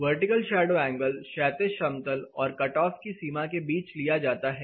vertical shadow angle क्षैतिज समतल और कटऑफ की सीमा के बीच लिया जाता है